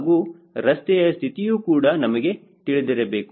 ಹಾಗೂ ರಸ್ತೆಯ ಸ್ಥಿತಿಯೂ ಕೂಡ ನಮಗೆ ತಿಳಿದಿರಬೇಕು